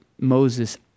Moses